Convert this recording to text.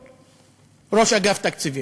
ראש אגף תקציבים,